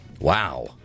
Wow